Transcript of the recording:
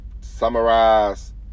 summarize